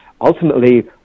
ultimately